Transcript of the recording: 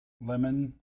lemon